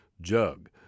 Jug